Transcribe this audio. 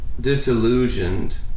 disillusioned